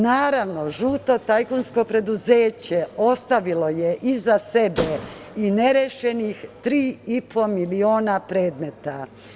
Naravno, žuto tajkunsko preduzeće ostavilo je iza sebe i nerešenih 3,5 miliona predmeta.